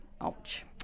Ouch